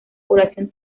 población